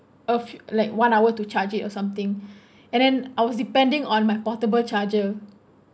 a few like one hour to charge it or something and then I was depending on my portable charger